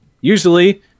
usually